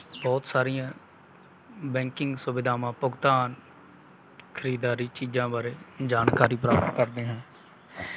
ਬਹੁਤ ਸਾਰੀਆਂ ਬੈਂਕਿੰਗ ਸੁਵਿਧਾਵਾਂ ਭੁਗਤਾਨ ਖ਼ਰੀਦਦਾਰੀ ਚੀਜ਼ਾਂ ਬਾਰੇ ਜਾਣਕਾਰੀ ਪ੍ਰਾਪਤ ਕਰਦੇ ਹਾਂ